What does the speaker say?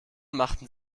machten